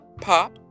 pop